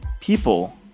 people